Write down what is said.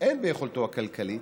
אין ביכולתו הכלכלית,